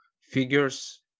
figures